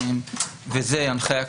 וזו הנחיה כללית.